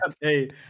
Hey